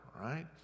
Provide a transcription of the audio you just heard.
right